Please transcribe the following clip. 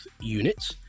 units